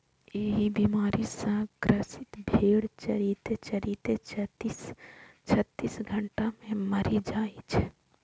एहि बीमारी सं ग्रसित भेड़ चरिते चरिते छत्तीस घंटा मे मरि जाइ छै